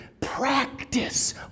practice